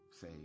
say